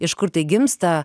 iš kur tai gimsta